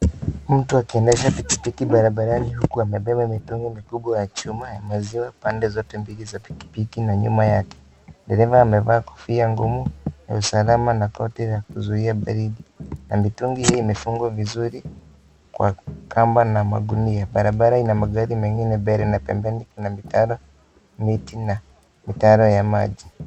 Mtu akiendesha pikipiki barabarani huku amebeba mitungi mikubwa ya chuma ya maziwa pande zote mbili za pikipiki na nyuma yake. Dereva amevaa kofia ngumu ya usalama na koti la kuzuia baridi, na mitungi hii imefungwa vizuri kwa kamba na magunia. Barabara ina magari mengine mbele na pembeni kuna mitaro, miti na mitaro ya maji.